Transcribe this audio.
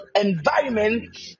environment